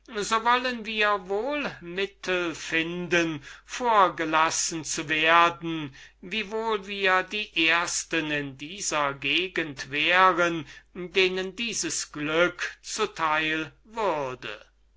wir wohl mittel finden vor sie zu kommen ob wir gleich die ersten in dieser gegend wären denen dieses glück zu teil würde